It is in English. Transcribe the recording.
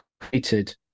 created